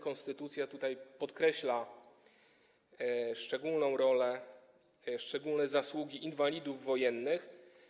Konstytucja podkreśla szczególną rolę, szczególne zasługi inwalidów wojennych.